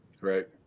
right